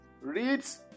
reads